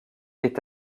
est